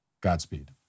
Godspeed